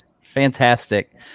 fantastic